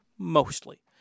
Mostly